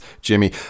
Jimmy